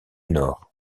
nord